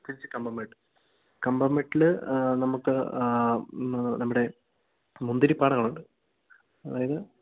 തിരിച്ച് കമ്പം മേട്ട് കമ്പം മേട്ടിൽ നമുക്ക് നമ്മുടെ മുന്തിരി പാടങ്ങൾ ഉണ്ട് അതായത്